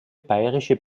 bayerische